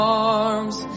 arms